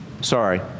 sorry